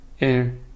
air